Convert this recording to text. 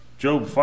Job